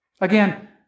Again